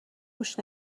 روش